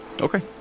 Okay